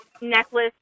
necklace